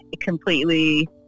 completely